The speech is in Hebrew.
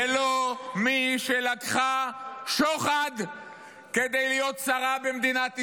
לא מי שלקחה שוחד כדי להיות שרה במדינת ישראל,